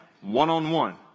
one-on-one